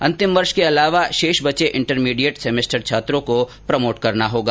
अंतिम वर्ष के अलावा शेष बचे इंटरमीडिएट सेमेस्टर छात्रों को प्रमोट करना होगा